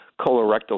Colorectal